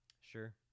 Sure